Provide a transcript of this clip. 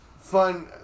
fun